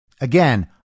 Again